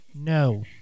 no